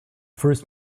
first